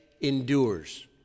endures